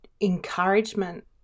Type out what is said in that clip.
encouragement